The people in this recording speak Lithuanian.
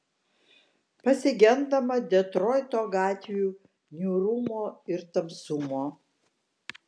pasigendama detroito gatvių niūrumo ir tamsumo